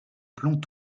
plomb